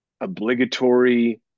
obligatory